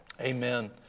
Amen